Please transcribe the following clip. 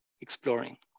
exploring